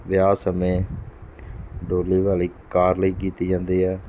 ਵਿਆਹ ਸਮੇਂ ਡੋਲੀ ਵਾਲੀ ਕਾਰ ਲਈ ਕੀਤੀ ਜਾਂਦੀ ਆ